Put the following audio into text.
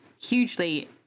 hugely